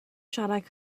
siarad